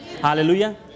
Hallelujah